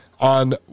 on